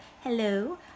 hello